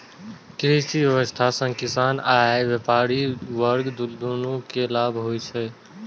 कृषि अर्थशास्त्र सं किसान आ व्यापारी वर्ग, दुनू कें लाभ होइ छै